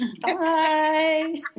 Bye